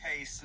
Hey